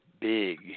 big